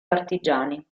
partigiani